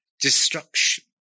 destruction